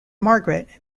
margaret